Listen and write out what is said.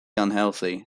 unhealthy